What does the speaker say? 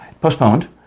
Postponed